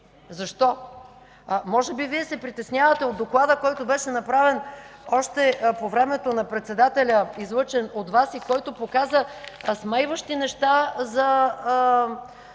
Защо? Може би Вие се притеснявате от доклада, който беше направен още по времето на председателя, излъчен от Вас, и който показа смайващи неща за